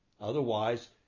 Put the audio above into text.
Otherwise